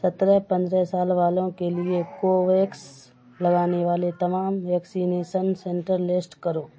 سترہ پندرہ سال والوں کے لیے کوویکس لگانے والے تمام ویکسینیسن سنٹر لسٹ کرو